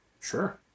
sure